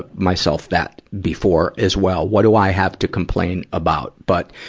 but myself that before as well. what do i have to complain about? but,